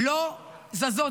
-- לא זזות.